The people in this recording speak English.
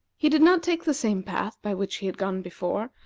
he did not take the same path by which he had gone before,